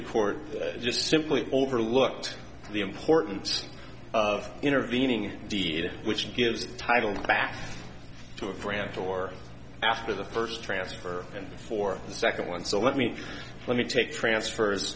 court just simply overlooked the importance of intervening deed which gives title back to a friend to or after the first transfer and for the second one so let me let me take transfers